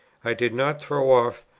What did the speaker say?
i did not throw off,